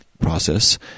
process